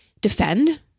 defend